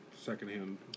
secondhand